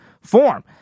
form